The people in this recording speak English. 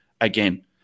again